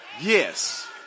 Yes